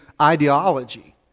ideology